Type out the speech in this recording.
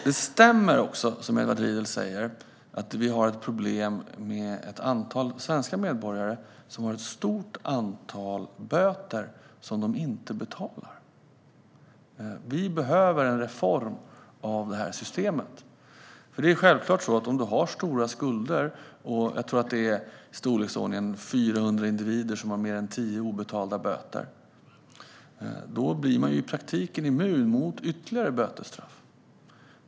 Det stämmer, som Edward Riedl säger, att vi har ett problem med ett antal svenska medborgare som har ett stort antal böter som de inte betalar. Vi behöver en reform av det systemet. Om man har stora skulder - jag tror att det är i storleksordningen 400 individer som har mer än tio obetalda böter - blir man i praktiken immun mot ytterligare bötesstraff.